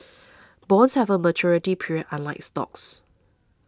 bonds have a maturity period unlike stocks